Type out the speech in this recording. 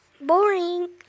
boring